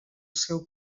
seu